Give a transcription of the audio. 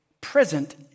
present